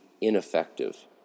ineffective